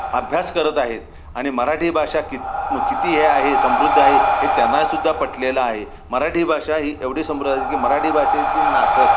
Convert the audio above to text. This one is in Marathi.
अभ्यास करत आहेत आणि मराठी भाषा कित किती हे आहे समृद्ध आहे हे त्यांनासुद्धा पटलेलं आहे मराठी भाषा ही एवढी समृद्ध आहे की मराठी भाषेतील नाटक